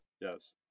Yes